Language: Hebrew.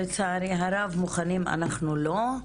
לצערי הרב מוכנים אנחנו לא.